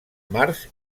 març